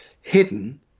hidden